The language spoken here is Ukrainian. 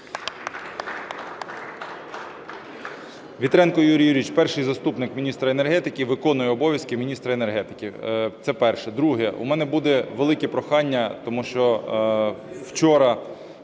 Вітренко Юрій Юрійович, перший заступник міністра енергетики, виконує обов'язки міністра енергетики. Це перше. Друге. У мене буде велике прохання, тому що вчора